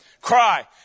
cry